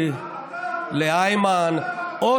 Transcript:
לטיבי, לאיימן, חבר הכנסת עודה, שב.